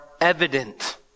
evident